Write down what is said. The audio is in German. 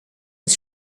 des